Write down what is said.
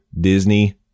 Disney